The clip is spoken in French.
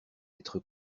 être